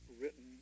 written